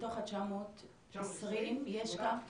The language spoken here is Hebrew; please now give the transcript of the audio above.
מתוך ה-920 יש כמה?